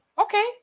okay